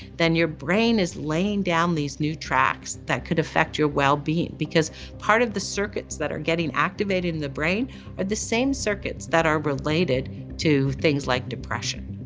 then your brain is laying down these new tracks that could affect your wellbeing, because part of the circuits that are getting activated in the brain are the same circuits that are related to things like depression.